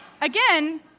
again